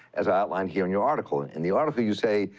as i outlined here in your article. and in the article, you say,